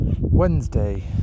Wednesday